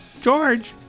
George